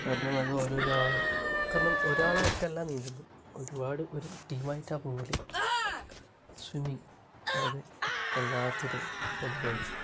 കാരണം അത് ഓരോരോ കാരണം ഒരാളായിട്ടല്ല നീന്തുന്നത് ഒരുപാട് ഒരു ടീമായിട്ടാണ് പോകല് സ്വിമ്മിംഗ് അത് വല്ലാത്തൊരു അനുഭവമാണ്